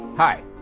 Hi